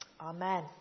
Amen